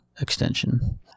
extension